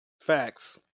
Facts